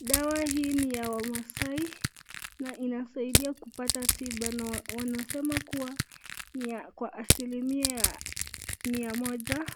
Dawa hii ni ya wamasai na inasidia kupata tiba na wanasema kuwa niya kwa asilimia mia moja